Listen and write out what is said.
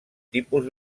tipus